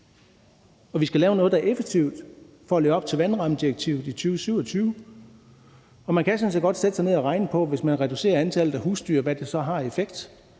Vi skal lave noget, der er effektivt for at leve op til vandrammedirektivet i 2027, og man kan sådan set godt sætte sig ned og regne på, hvad det har af effekt, hvis man reducerer antallet af husdyr. Det har en stor effekt.